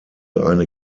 eine